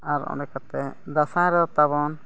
ᱟᱨ ᱤᱱᱟᱹ ᱠᱟᱛᱮᱫ ᱫᱟᱸᱥᱟᱭ ᱨᱮ ᱛᱟᱵᱚᱱ